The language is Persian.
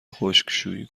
خشکشویی